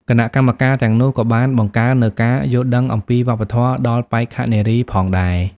គណៈកម្មការទាំងនោះក៏បានបង្កើននូវការយល់ដឹងអំពីវប្បធម៌ដល់បេក្ខនារីផងដែរ។